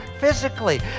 physically